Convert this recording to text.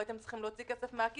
לא הייתם צריכים להוציא כסף מן הכיס.